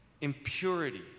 impurity